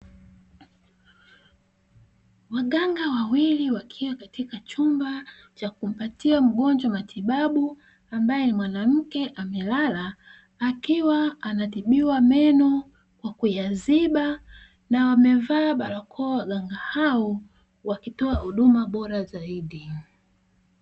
Waganga wawili wakiwa katika chumba cha kumpatia mgonjwa matibabu ambaye mwanamke amelala akiwa anatibiwa meno kwa kuyaziba na wamevaa barakoa waganga hao wakitoa huduma bora zaidi.